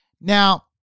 Now